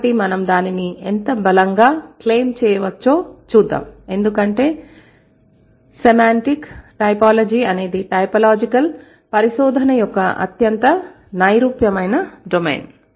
కాబట్టి మనం దానిని ఎంత బలంగా క్లెయిమ్ చేయవచ్చో చూద్దాం ఎందుకంటే సెమాంటిక్ టైపోలాజీ అనేది టైపోలాజికల్ పరిశోధన యొక్క అత్యంత నైరూప్యమైన డొమైన్